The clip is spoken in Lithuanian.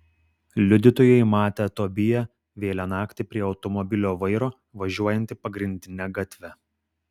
liudytojai matę tobiją vėlią naktį prie automobilio vairo važiuojantį pagrindine gatve